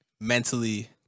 mentally